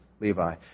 Levi